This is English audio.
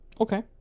Okay